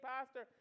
Pastor